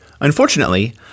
Unfortunately